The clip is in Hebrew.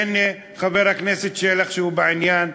והנה חבר הכנסת שלח, שהוא בעניין,